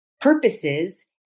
purposes